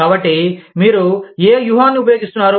కాబట్టి మీరు ఏ వ్యూహాన్ని ఉపయోగిస్తున్నారు